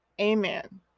Amen